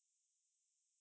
I think my